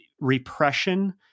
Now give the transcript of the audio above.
repression